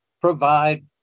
provide